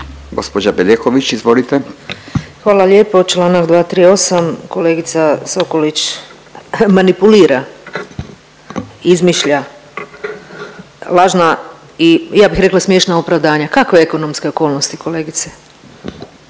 **Bedeković, Vesna (HDZ)** Hvala lijepo, čl. 238., kolegica Sokolić manipulira, izmišlja lažna i ja bih rekla smiješna opravdanja, kakve ekonomske okolnosti kolegice?